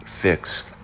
fixed